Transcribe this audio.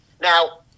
Now